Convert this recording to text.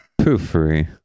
poofery